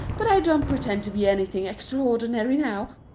but i don't pretend to be anything extraordinary now.